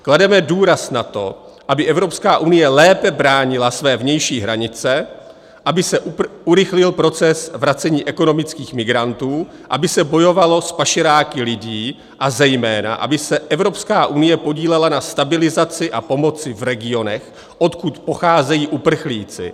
Klademe důraz na to, aby Evropská unie lépe bránila své vnější hranice, aby se urychlil proces vracení ekonomických migrantů, aby se bojovalo s pašeráky lidí a zejména aby se Evropská unie podílela na stabilizaci a pomoci v regionech, odkud pocházejí uprchlíci.